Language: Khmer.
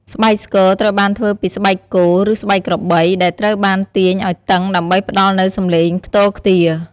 ស្បែកស្គរត្រូវបានធ្វើពីស្បែកគោ ឬស្បែកក្របី ដែលត្រូវបានទាញឱ្យតឹងដើម្បីផ្តល់នូវសំឡេងខ្ទរខ្ទារ។